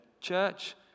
Church